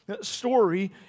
story